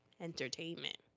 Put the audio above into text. entertainment